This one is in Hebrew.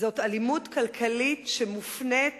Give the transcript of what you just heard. זאת אלימות כלכלית שמופנית